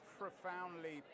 profoundly